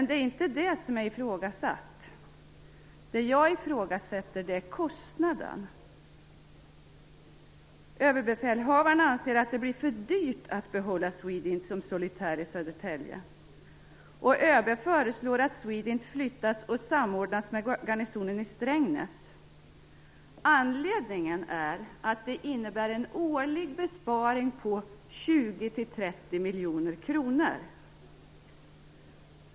Det är inte det som är ifrågasatt. Vad jag ifrågasätter är kostnaden. Överbefälhavaren anser att det blir för dyrt att behålla SWEDINT som solitär i Södertälje och föreslår att SWEDINT flyttas och samordnas med garnisonen i Strängnäs. Anledningen är att det innebär en årlig besparing på 20-30 miljoner kronor.